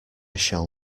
shall